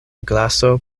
glaso